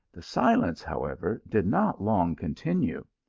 the silence, however, did not long continue.